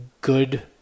good